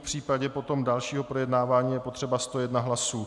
V případě potom dalšího projednávání je potřeba 101 hlasů.